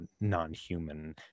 non-human